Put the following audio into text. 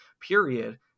period